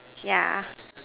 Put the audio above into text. yeah